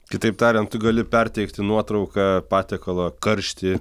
kitaip tariant tu gali perteikti nuotrauką patiekalo karštį